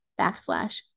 backslash